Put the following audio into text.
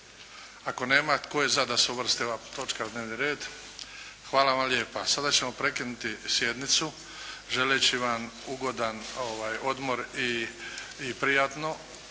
Ako nema tko je za da se uvrsti ova točka u dnevni red? Hvala vam lijepa. Sada ćemo prekinuti sjednicu želeći vam ugodan odmor i prijatno